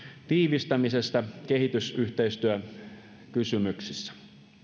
tiivistämisestä kehitysyhteistyökysymyksissä